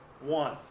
one